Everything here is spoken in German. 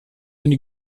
dann